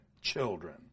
children